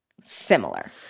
similar